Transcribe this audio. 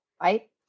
right